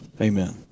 Amen